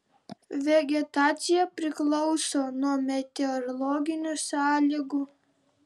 vegetacija priklauso nuo meteorologinių sąlygų